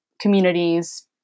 communities